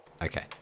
Okay